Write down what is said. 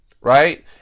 right